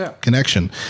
connection